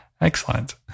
Excellent